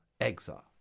exile